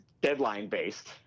deadline-based